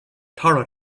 tara